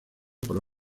por